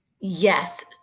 Yes